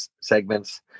segments